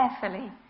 carefully